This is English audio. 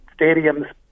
stadiums